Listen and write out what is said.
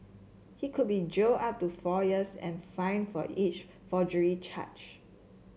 he could be jailed up to four years and fined for each forgery charge